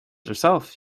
herself